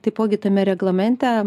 taipogi tame reglamente